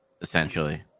essentially